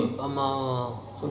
நம்ம:namma